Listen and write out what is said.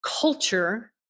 culture